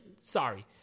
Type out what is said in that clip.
Sorry